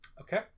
Okay